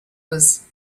was